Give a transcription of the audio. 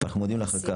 ואנחנו מודים לך על כך.